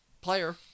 player